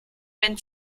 wenn